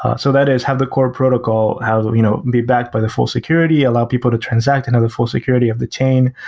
so that is have the core protocol you know be backed by the full security, allow people to transact another full security of the chain.